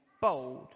bold